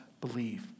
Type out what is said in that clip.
believe